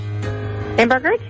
Hamburgers